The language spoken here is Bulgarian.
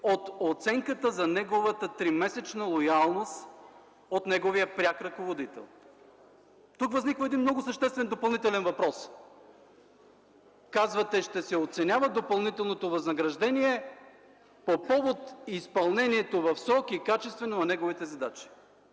от оценката за неговата тримесечна лоялност от неговия пряк ръководител. Тук възниква много съществен допълнителен въпрос. Казвате, че ще се оценява допълнителното възнаграждение по повод изпълнението в срок и качествено на неговите задачи.